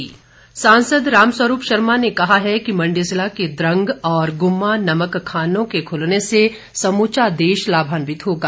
रामस्वरूप सांसद रामस्वरूप शर्मा ने कहा है कि मंडी जिला के द्रंग और गुम्मा नमक खानों के खुलने से समूचा देश लाभान्वित होगा